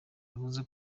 yavuze